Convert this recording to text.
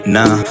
Nah